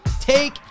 Take